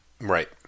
Right